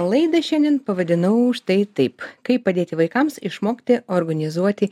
laidą šiandien pavadinau štai taip kaip padėti vaikams išmokti organizuoti